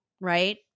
right